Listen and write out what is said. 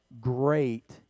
great